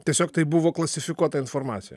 tiesiog tai buvo klasifikuota informacija